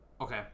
Okay